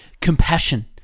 Compassion